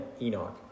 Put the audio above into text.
Enoch